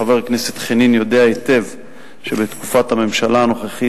חבר הכנסת חנין יודע היטב שבתקופת הממשלה הנוכחית